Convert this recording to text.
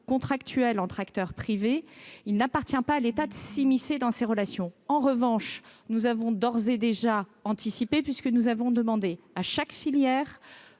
contractuelles entre acteurs privés, il n'appartient pas à l'État de s'y immiscer. En revanche, nous avons d'ores et déjà anticipé, puisque nous avons demandé à chaque filière